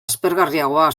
aspergarriagoa